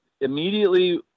Immediately